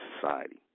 society